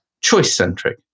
choice-centric